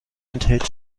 enthält